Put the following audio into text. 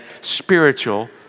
spiritual